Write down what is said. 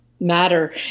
matter